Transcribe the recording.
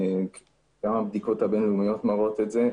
גם הבדיקות הבין-לאומיות מראות את זה.